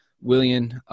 William